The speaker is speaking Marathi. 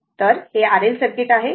तर हे RL सर्किट आहे